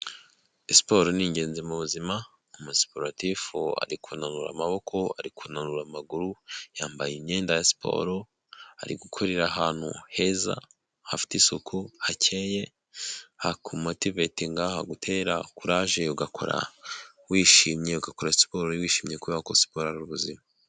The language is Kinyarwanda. Siporo ni ingenzi mu buzima umusiporotifu ari kunanura amaboko ari kunanurura amaguru yambaye imyenda ya siporo ari gukorera ahantu heza hafite isuku hakeye hakumotivetinga hagutera kuraje ugakora wishimye ugakora siporo wishimye kubera wakoze siporo ari ubuzima.